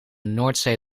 noordzee